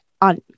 on